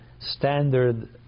standard